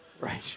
Right